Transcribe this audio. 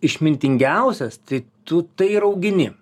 išmintingiausias tai tu tai ir augini